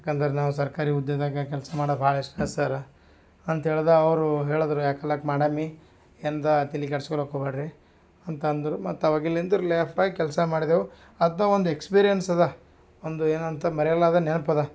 ಯಾಕಂದ್ರೆ ನಾವು ಸರ್ಕಾರಿ ಹುದ್ದೆದಾಗ ಕೆಲ್ಸ ಮಾಡೋದು ಭಾಳ ಇಷ್ಟ ಸರ ಅಂತ ಹೇಳ್ದೆ ಅವರು ಹೆಳಿದ್ರು ಯಾಕಲೆಕ್ ಮಾಡಮ್ಮಿ ಎಂದ ತಲಿ ಕೆಡಿಸ್ಕೊಳೋಕ್ ಹೋಬ್ಯಾಡ್ರಿ ಅಂತ ಅಂದರು ಮತ್ತು ಅವಾಗಿಲಿಂದಿರ್ಲೇ ಕೆಲಸ ಮಾಡಿದೆವು ಅದ ಒಂದು ಎಕ್ಸ್ಪೀರಿಯನ್ಸ್ ಅದ ಒಂದು ಏನೋ ಅಂತ ಮರೆಯಲಾಗ ನೆನ್ಪು ಅದ